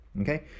okay